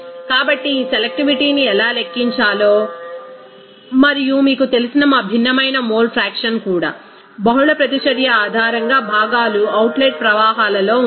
కాబట్టి ఈ సెలెక్టివిటీని ఎలా లెక్కించాలో మరియు మీకు తెలిసిన మా భిన్నమైన మోల్ ఫ్రాక్షన్ కూడా బహుళ ప్రతిచర్య ఆధారంగా భాగాలు అవుట్లెట్ ప్రవాహాలలో ఉన్నాయి